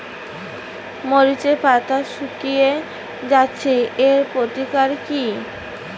মরিচের পাতা শুকিয়ে যাচ্ছে এর প্রতিকার কি?